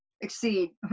exceed